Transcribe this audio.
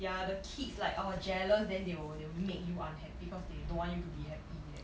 ya the kids like oh jealous then they will they will make you unhappy because they don't want you to be happy that kind